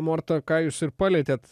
morta ką jūs ir palietėt